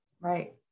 Right